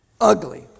Ugly